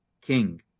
king